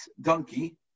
donkey